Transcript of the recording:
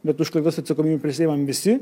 bet už klaidas atsakomybę prisiimam visi